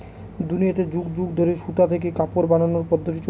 দুনিয়াতে যুগ যুগ ধরে সুতা থেকে কাপড় বানানোর পদ্ধপ্তি চলছে